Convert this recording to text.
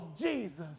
Jesus